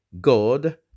God